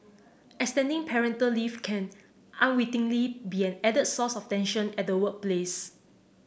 extending parental leave can unwittingly be an added source of tension at the workplace